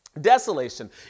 Desolation